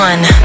One